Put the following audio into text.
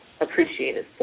appreciated